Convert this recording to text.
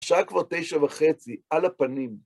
השעה כבר תשע וחצי, על הפנים.